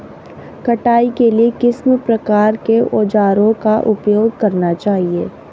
कटाई के लिए किस प्रकार के औज़ारों का उपयोग करना चाहिए?